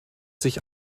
sich